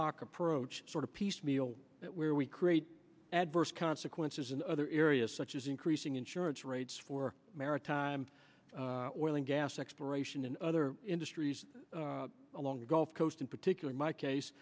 hoc approach sort of piecemeal where we create adverse consequences in other areas such as increasing insurance rates for maritime whaling gas exploration and other industries along the gulf coast in particular in my case